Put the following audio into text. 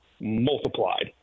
multiplied